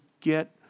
get